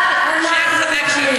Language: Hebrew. רק אנחנו נחליט.